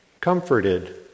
comforted